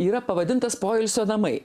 yra pavadintas poilsio namai